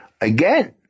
Again